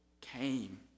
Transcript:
came